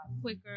quicker